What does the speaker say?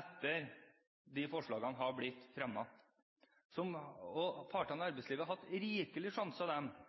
etter at de forslagene ble fremmet. Partene i arbeidslivet har hatt rikelig